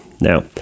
Now